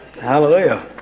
hallelujah